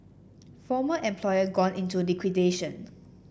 former employer gone into liquidation